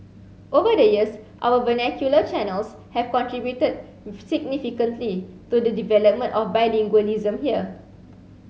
over the years our vernacular channels have contributed significantly to the development of bilingualism here